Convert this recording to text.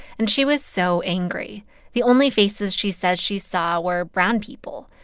and she was so angry the only faces she says she saw were brown people,